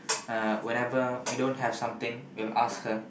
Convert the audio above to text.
whenever we don't have something we'll ask her